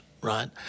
right